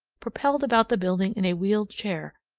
propelled about the building in a wheeled chair,